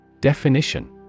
Definition